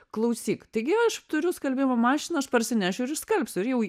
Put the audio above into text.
klausyk taigi aš turiu skalbimo mašiną aš parsinešiau ir išskalbsiu ir jau